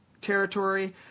territory